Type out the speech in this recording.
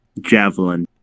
javelin